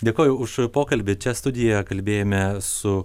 dėkoju už pokalbį čia studijoj kalbėjome su